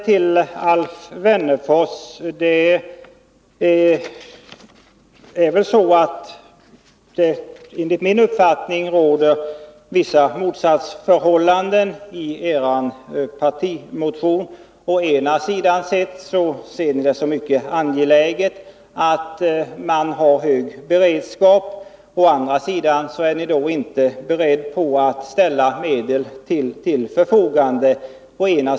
Till Alf Wennerfors vill jag säga att er partimotion enligt min uppfattning visar på vissa motsatsförhållanden. Å ena sidan ser ni det som mycket angeläget att man har en hög beredskap. Å andra sidan är ni inte beredda att ställa medel till förfogande.